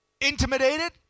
intimidated